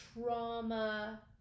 Trauma